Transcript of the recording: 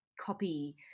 copy